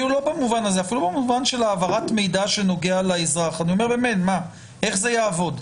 איך זה יעבוד?